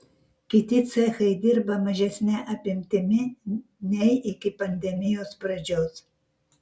kiti cechai dirba mažesne apimtimi nei iki pandemijos pradžios